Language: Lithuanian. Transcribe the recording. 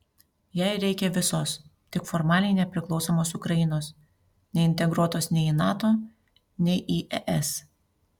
jai reikia visos tik formaliai nepriklausomos ukrainos neintegruotos nei į nato nei į es